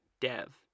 Dev